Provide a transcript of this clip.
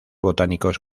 botánicos